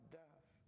death